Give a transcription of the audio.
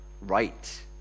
right